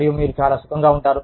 మరియు మీరు చాలా సుఖంగా ఉంటారు